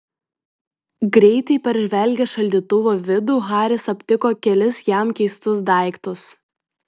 greitai peržvelgęs šaldytuvo vidų haris aptiko kelis jam keistus daiktus